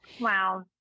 Wow